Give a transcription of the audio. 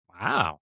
Wow